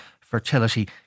fertility